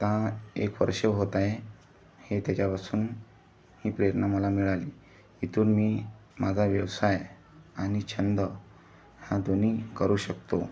आता एक वर्ष होत आहे हे त्याच्यापासून ही प्रेरणा मला मिळाली इथून मी माझा व्यवसाय आणि छंद हा दोन्ही करू शकतो